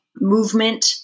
movement